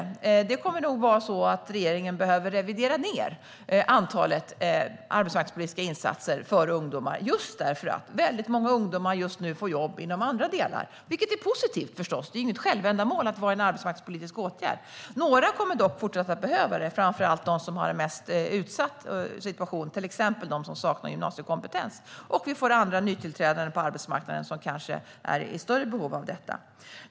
Regeringen kommer nog att behöva revidera ned antalet arbetsmarknadspolitiska insatser för ungdomar, just därför att väldigt många ungdomar just nu får jobb inom andra delar, vilket förstås är positivt - det är ju inget självändamål att vara i en arbetsmarknadspolitisk åtgärd. Några kommer dock fortsatt att behöva det, framför allt de som har mest utsatta situationer. Det gäller till exempel dem som saknar gymnasiekompetens. Vi får andra nytillträdande på arbetsmarknaden som kanske är i större behov av detta.